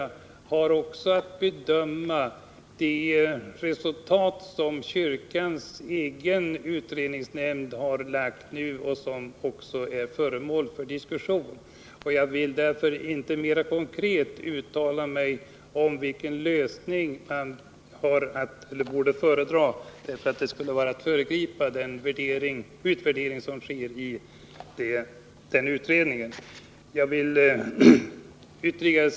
Den sistnämnda utredningen skall också bedöma de resultat som kyrkans egen utrednings Nr 30 nämnd har lagt fram för diskussion. Jag vill därför inte mera konkret uttala Fredagen den mig om vilken lösning som vore att föredra. Det skulle vara att föregripa den 16 november 1979 utvärdering som görs i den utredningen.